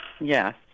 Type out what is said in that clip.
Yes